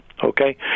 okay